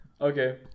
okay